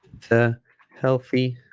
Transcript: the healthy